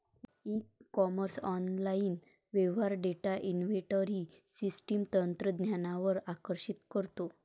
E commerce online व्यवहार data inventory system तंत्रज्ञानावर आकर्षित करतो